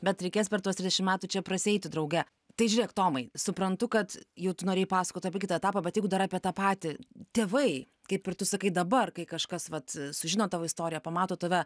bet reikės per tuos trisdešim metų čia prasieiti drauge tai žiūrėk tomai suprantu kad jau tu norėjai pasakot apie kitą etapą bet jeigu dar apie tą patį tėvai kaip ir tu sakai dabar kai kažkas vat sužino tavo istoriją pamato tave